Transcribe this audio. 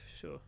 sure